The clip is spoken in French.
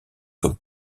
comme